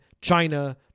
china